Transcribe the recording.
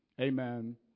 Amen